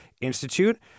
Institute